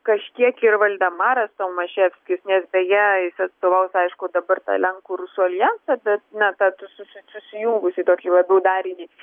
kažkiek ir valdemaras tomaševskis beje jis atstovaus aišku dabar tą lenkų rusų alijansą na tą susi susijungusį tokį labiau darinį